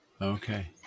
okay